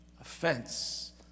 offense